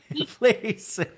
please